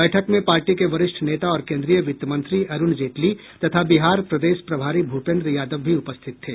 बैठक में पार्टी के वरिष्ठ नेता और केन्द्रीय वित्तमंत्री अरूण जेटली तथा बिहार प्रदेश प्रभारी भूपेन्द्र यादव भी उपस्थित थे